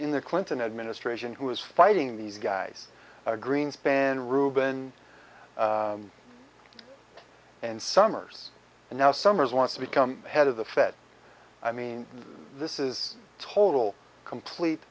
in the clinton administration who was fighting these guys greenspan rubin and summers and now summers wants to become head of the fed i mean this is total complete